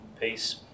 peace